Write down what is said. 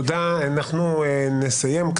אנחנו נסיים.